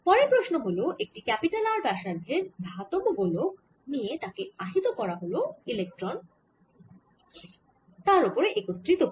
পরের প্রশ্ন হল একটি R ব্যাসার্ধের ধাতব গোলক নিয়ে তাকে আহিত করা হল ইলেক্ট্রন তার ওপরে একত্রিত করে